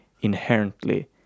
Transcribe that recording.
inherently